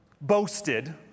boasted